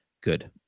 Good